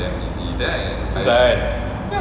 susah kan